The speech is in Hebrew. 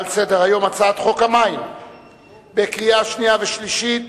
על סדר-היום הצעת חוק המים (תיקון מס' 26) לקריאה שנייה ושלישית.